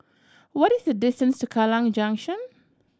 what is the distance to Kallang Junction